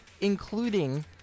including